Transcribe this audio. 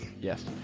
yes